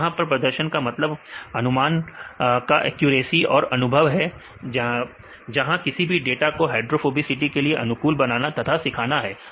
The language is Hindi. तो यहां पर प्रदर्शन का मतलब अनुमान का एक्यूरेसी और अनुभव है जहां किसी भी डाटा को हाइड्रोफोबिसिटी के लिए अनुकूल बनाना तथा सिखाना है